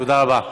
תודה רבה.